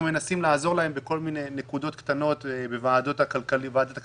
מנסים לעזור להם בכל מיני נקודות כלכליות בוועדת הכלכלה,